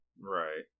Right